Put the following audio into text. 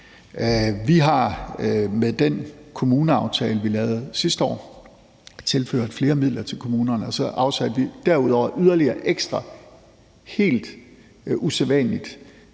Vi har med den kommuneaftale, vi lavede sidste år, tilført flere midler til kommunerne, og så afsatte vi derudover helt usædvanligt